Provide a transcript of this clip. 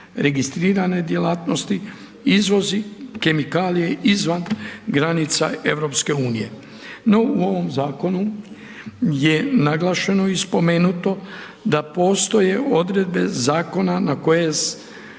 registrirane djelatnosti izvozi kemikalije izvan granice Europske unije. No, u ovom Zakonu je naglašeno i spomenuto da postoje odredbe zakona na koje,